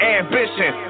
ambition